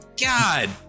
God